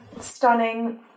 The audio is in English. stunning